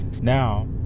Now